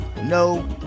no